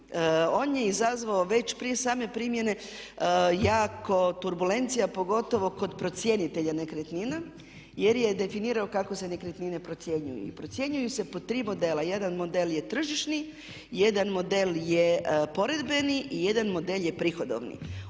On je izazvao već prije same primjene jako turbulencija pogotovo kod procjenitelja nekretnina jer je definirao kako se nekretnine procjenjuju. I procjenjuju se pod tri modela. Jedan model je tržišni, jedan model je poredbeni i jedan model je prihodovni.